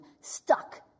stuck